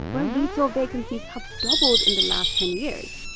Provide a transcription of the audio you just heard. where retail vacancies have doubled in the last ten years.